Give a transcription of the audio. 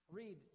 read